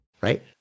Right